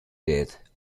death